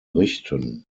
richten